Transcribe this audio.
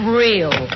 real